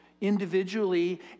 individually